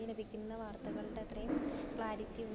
ലഭിക്കുന്ന വാർത്തകളുടത്രയും ക്ലാരിറ്റി